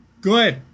Good